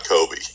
Kobe